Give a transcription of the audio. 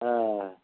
হ্যাঁ